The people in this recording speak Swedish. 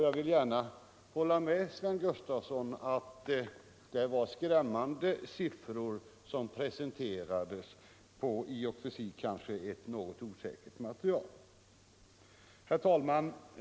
Jag vill gärna hålla med Sven Gustafson om att det var skrämmande siffror som presenterades på ett i och för sig kanske något osäkert material.